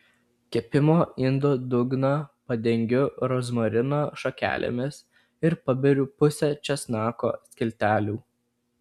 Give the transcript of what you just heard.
kepimo indo dugną padengiu rozmarino šakelėmis ir paberiu pusę česnako skiltelių